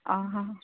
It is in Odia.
ଅ ହଁ